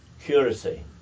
curacy